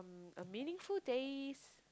a meaningful days